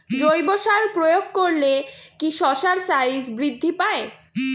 জৈব সার প্রয়োগ করলে কি শশার সাইজ বৃদ্ধি পায়?